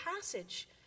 passage